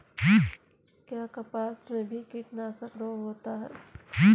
क्या कपास में भी कीटनाशक रोग होता है?